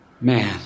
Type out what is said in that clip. Man